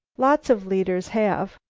lots of leaders have,